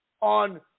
on